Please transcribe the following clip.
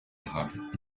érables